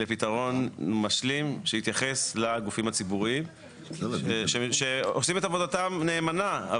לפתרון משלים שיתייחס לגופים הציבוריים שעושים את עבודתם נאמנה,